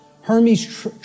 Hermes